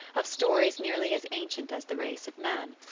of stories nearly as ancient as the race of man.